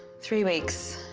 three weeks.